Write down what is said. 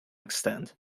extent